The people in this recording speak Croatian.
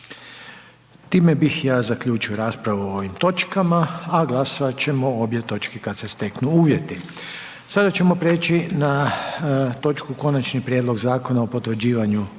Time bih ja zaključio raspravu o ovim točkama, a glasovat ćemo o obje točke kada se steknu uvjeti. **Jandroković, Gordan (HDZ)** Konačni prijedlog Zakona o potvrđivanju